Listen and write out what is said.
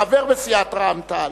החבר בסיעת רע"ם-תע"ל,